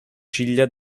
ciglia